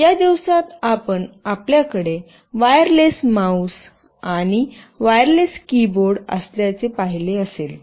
या दिवसात आपण आपल्याकडे वायरलेस माउस आणि वायरलेस कीबोर्ड असल्याचे पाहिले असेल